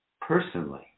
personally